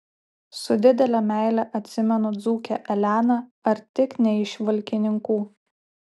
su didele meile atsimenu dzūkę eleną ar tik ne iš valkininkų